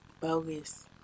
Bogus